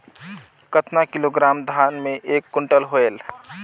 कतना किलोग्राम धान मे एक कुंटल होयल?